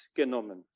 genommen